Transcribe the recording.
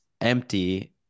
empty